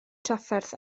trafferth